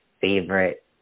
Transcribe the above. favorite